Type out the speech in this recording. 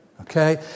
okay